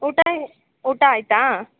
ಊಟ ಊಟ ಆಯಿತಾ